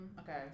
Okay